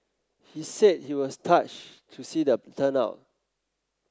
he said he was touched to see the turnout